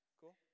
Cool